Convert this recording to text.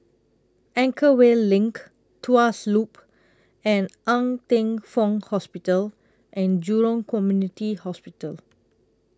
Anchorvale LINK Tuas Loop and Ng Teng Fong Hospital and Jurong Community Hospital